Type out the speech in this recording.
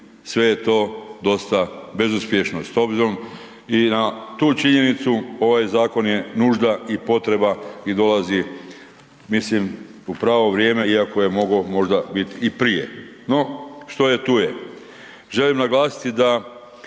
se je to dostav bezuspješno. S obzirom i na tu činjenicu ovaj zakon je nužda i potreba i dolazi, mislim u pravo vrijeme, iako je mogo možda bit i prije. No, što je tu je. Želim naglasiti da